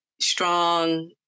strong